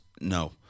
No